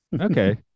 Okay